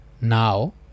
now